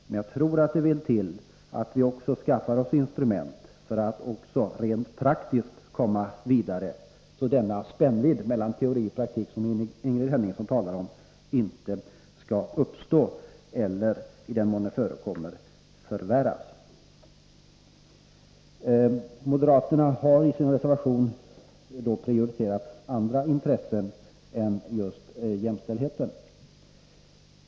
Men jag tror att vi också måste skaffa oss instrument för att rent praktiskt komma vidare för att denna spännvidd mellan teori och praktik som Ingrid Hemmingsson talar om inte skall uppstå, eller, i den mån den förekommer, förvärras. Moderaterna har i sin reservation prioriterat andra intressen än just jämställdheten.